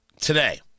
today